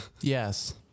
Yes